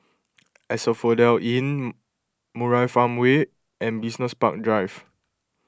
Asphodel Inn Murai Farmway and Business Park Drive